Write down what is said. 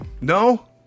No